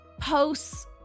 posts